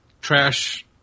trash